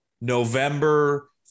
November